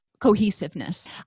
cohesiveness